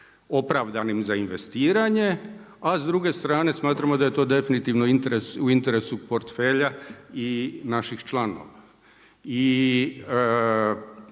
opravdanim za investiranje, a s druge strane smatramo da je to definitivno u interesu portfelja i naših članova. I